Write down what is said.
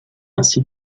ainsi